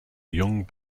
young